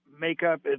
makeup